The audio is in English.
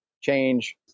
change